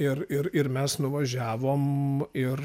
ir ir ir mes nuvažiavom ir